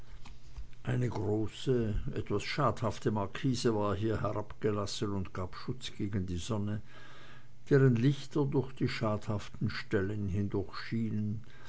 eine große etwas schadhafte markise war hier herabgelassen und gab schutz gegen die sonne deren lichter durch die schadhaften stellen